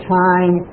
time